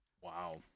Wow